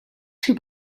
two